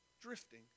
drifting